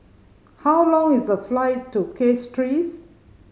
how long is the flight to Castries